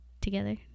together